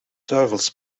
duivels